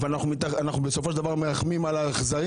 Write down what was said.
אבל אנחנו בסופו של דבר מרחמים על האכזרים,